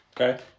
Okay